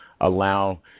allow